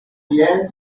bien